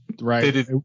Right